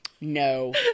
no